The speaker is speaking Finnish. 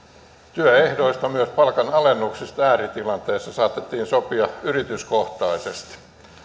työehdoista myös palkanalennuksista ääritilanteessa saatettiin sopia yrityskohtaisesti